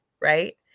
right